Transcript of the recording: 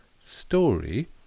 story